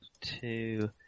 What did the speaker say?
two